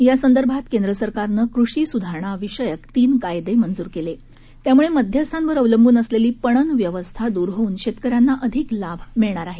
यासंदर्भात केंद्रसरकारनं कृषी सुधारणा विषयक तीन कायदे मंजूर केले यामुळे मध्यस्थांवर अवलंबून असलेली पणन व्यवस्था दूर होऊन शेतकऱ्यांना अधिक लाभ मिळणार आहे